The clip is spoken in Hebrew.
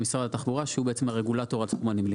משרד התחבורה שהוא הרגולטור עצמו.